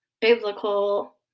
biblical